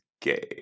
gay